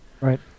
Right